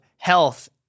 Health